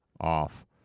off